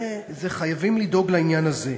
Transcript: וחייבים לדאוג לעניין הזה.